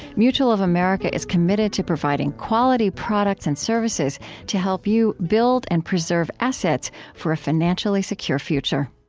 mutual of america is committed to providing quality products and services to help you build and preserve assets for a financially secure future